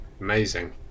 Amazing